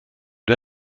der